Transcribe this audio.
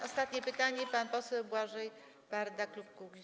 Ostatnie pytanie, pan poseł Błażej Parda, klub Kukiz’15.